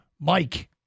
Mike